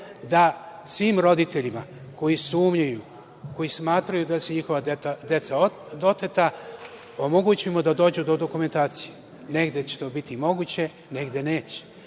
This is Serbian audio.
da svim roditeljima koji sumnjaju, koji smatraju da su njihova deca oteta omogućimo da dođu do dokumentacije. Negde će to biti moguće, negde neće,